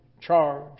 charge